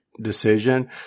decision